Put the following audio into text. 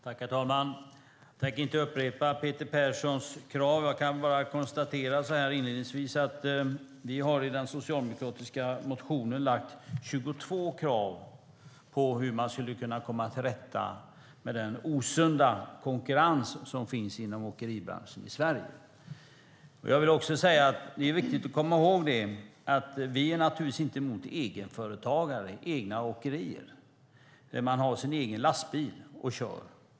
Herr talman! Jag tänker inte upprepa Peter Perssons krav. Så här inledningsvis kan jag bara konstatera att vi i den socialdemokratiska motionen har lagt fram 22 krav på hur man skulle kunna komma till rätta med den osunda konkurrens som finns inom åkeribranschen i Sverige. Jag vill också säga - det är viktigt att komma ihåg det - att vi naturligtvis inte är emot egenföretagare eller egna åkerier där man har sin egen lastbil och kör.